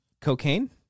cocaine